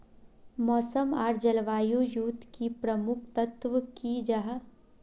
मौसम आर जलवायु युत की प्रमुख तत्व की जाहा?